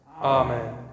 Amen